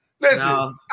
Listen